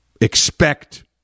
expect